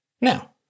Now